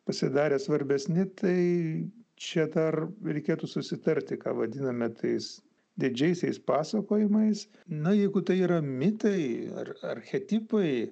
pasidarė svarbesni tai čia dar reikėtų susitarti ką vadiname tais didžiaisiais pasakojimais na jeigu tai yra mitai ar archetipai